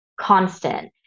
constant